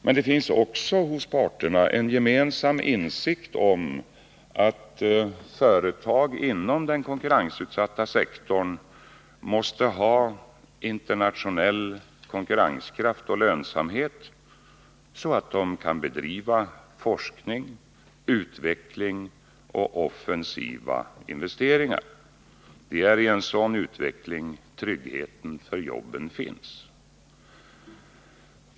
Men det finns också hos parterna en gemensam insikt om att företag inom den konkurrensutsatta sektorn måste ha internationell konkurrenskraft och lönsamhet, så att de kan bedriva forskning, utveckling och offensiva investeringar. Det är i en sådan utveckling som tryggheten för jobben finns.